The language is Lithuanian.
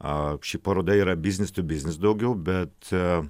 o ši paroda yra biznis tiu biznis daugiau bet